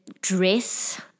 dress